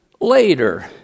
later